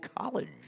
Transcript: college